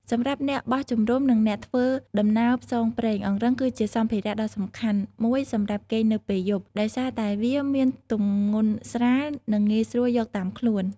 សម្រាប់អ្នកបោះជំរុំ និងអ្នកធ្វើដំណើរផ្សងព្រេង អង្រឹងគឺជាសម្ភារៈដ៏សំខាន់មួយសម្រាប់គេងនៅពេលយប់ ដោយសារតែវាមានទម្ងន់ស្រាល និងងាយស្រួលយកតាមខ្លួន។